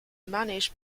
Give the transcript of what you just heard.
managed